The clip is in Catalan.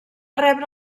rebre